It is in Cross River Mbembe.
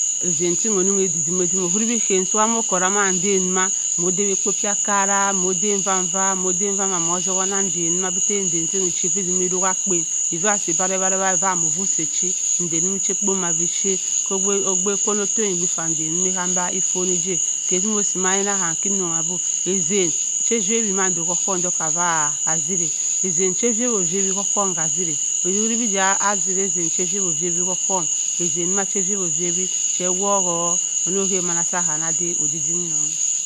Nnzan timg onni-man oda-dimmi adimma owuri be iyam sa mo kkorau ma nnden wa, moh dawi ekpo paa akara bu moda va-va moda va va m’otzan nanng nndan da nndan ting ochi ova ezima ruhyi akpen eve se e bett ewatt-rewatt, eve mo vu pee m’chi nnden o’chi-akpo ba bipuyit kk obebu so otton e di afa ofanu egi-a kewosi mayinna kwam kk ronn-ebh boo ezan sa zawi mando k’ohohm kavaa atziraa ezan sa vava-o vayi ohohna ka, atzinaa owuri bi de atziraa ezen sa va-ovayi k’ohohm ezam cha va-ovayi che wo ono, da ma. sa kwa annada odi-di nong.